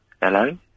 Hello